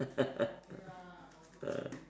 ah